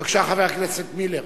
בבקשה, חבר הכנסת מילר.